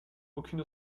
aucune